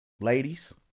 ladies